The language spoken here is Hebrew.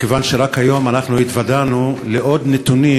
מכיוון שרק היום אנחנו התוודענו לעוד נתונים